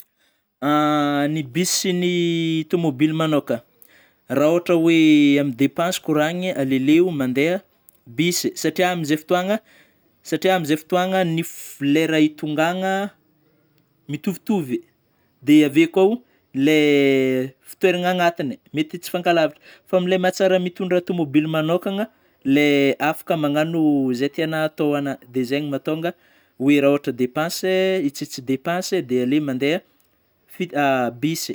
Ny bus sy ny tomobily manôka raha ôhatra hoe amin'ny depansy koragnina aleoleo mandeha bus; satria amin'izay fotoagna satria amin'izay fotôagna ny f- lera hitongagna mitovitovy dia avy eo koa ilay fitoeragna agnatiny mety tsy mifanka lavitry fô am'le mahatsara mitondra tomobily manôkagna lay afaka magnano zay tiana atao ana dia zegny mahatonga hoe raha ohatra depansy hitsitsy depansy dia aleo mandeha fit- bus.